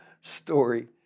story